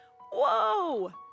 Whoa